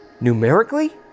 numerically